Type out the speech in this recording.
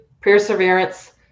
perseverance